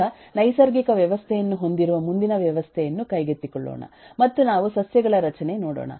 ಈಗ ನೈಸರ್ಗಿಕ ವ್ಯವಸ್ಥೆಯನ್ನು ಹೊಂದಿರುವ ಮುಂದಿನ ವ್ಯವಸ್ಥೆಯನ್ನು ಕೈಗೆತ್ತಿಕೊಳ್ಳೋಣ ಮತ್ತು ನಾವು ಸಸ್ಯಗಳ ರಚನೆ ನೋಡೋಣ